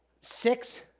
six